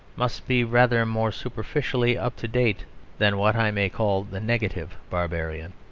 must be rather more superficially up-to-date than what i may call the negative barbarian.